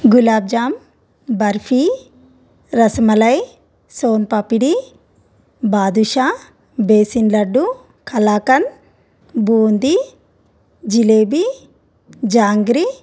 gulab jamun barfi rasmalai soan papdi badusha besan laddu kalakand boondi jalebi jangri